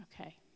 Okay